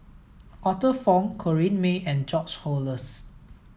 Arthur Fong Corrinne May and George Oehlers